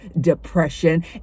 depression